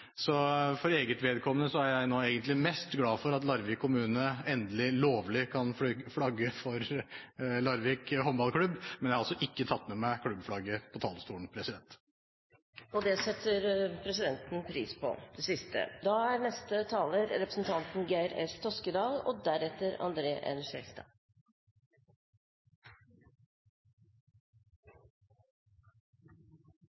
så for eget vedkommende er jeg nå egentlig mest glad for at Larvik kommune endelig lovlig kan flagge for Larvik Håndballklubb – men jeg har altså ikke tatt med meg klubbflagget på talerstolen. Det siste setter presidenten pris på. Flagget er vårt fremste nasjonale symbol. Det er en del av vår arv, en del av vår identitet, og